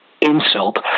insult